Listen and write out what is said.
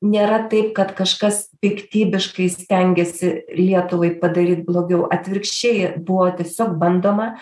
nėra taip kad kažkas piktybiškai stengėsi lietuvai padaryt blogiau atvirkščiai buvo tiesiog bandoma